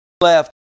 left